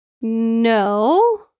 No